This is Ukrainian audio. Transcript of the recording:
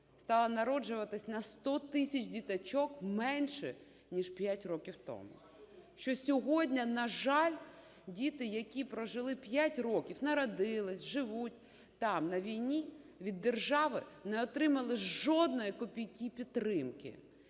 стало народжуватись на 100 тисяч діточок менше, ніж п'ять років тому, що сьогодні, на жаль, діти, які прожили п'ять років, народились, живуть там, на війні, від держави не отримали жодної копійки підтримки.